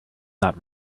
not